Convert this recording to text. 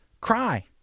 cry